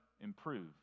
improve